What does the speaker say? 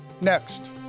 Next